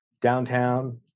downtown